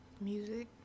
Music